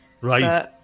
Right